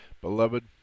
Beloved